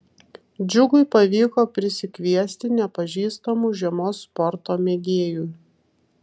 džiugui pavyko prisikviesti nepažįstamų žiemos sporto mėgėjų